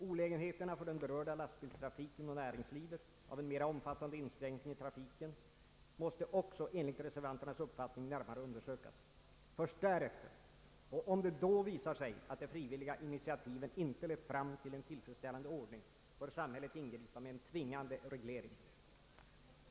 Olägenheterna för den berörda lastbilstrafiken och näringslivet av en mera omfattande inskränkning i trafiken måste också enligt reservanternas uppfattning närmare undersökas. Först därefter, och om det då visar sig att de frivilliga initiativen inte lett fram till en tillfredsställande ordning, bör samhället ingripa med en tvingande reglering.